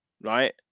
right